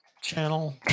Channel